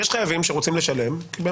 יש חייבים שרוצים לשלם כי